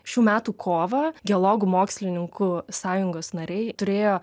šių metų kovą geologų mokslininkų sąjungos nariai turėjo